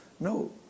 no